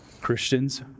Christians